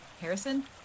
Harrison